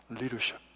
Leadership